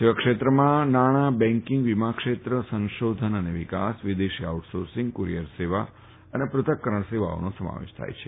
સેવા ક્ષેત્રમાં નાણાં બેન્કીંગ વીમા ક્ષેત્ર સંશોધન અને વિકાસ વિદેશી આઉટ સોર્સીંગ કુરિયર સેવા પૃથક્કરણ સેવા વગેરેનો સમાવેશ થાય છે